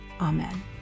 Amen